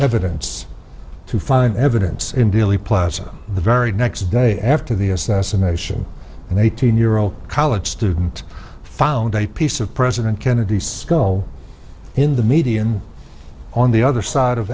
evidence to find evidence in dealey plaza the very next day after the assassination an eighteen year old college student found a piece of president kennedy's skull in the median on the other side of